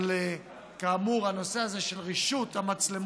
אבל כאמור, הנושא הזה של רישות המצלמות,